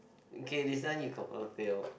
okay this one you confirm fail